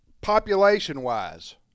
population-wise